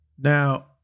Now